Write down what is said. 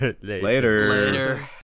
Later